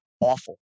awful